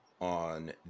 on